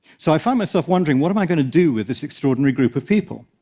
so i found myself wondering, what am i going to do with this extraordinary group of people?